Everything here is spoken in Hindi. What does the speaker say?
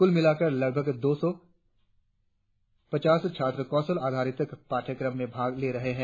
कुल मिलाकर लगभग दो सौ पचास छात्र कौशल आधारित पाठ्यक्रम में भाग ले रहे है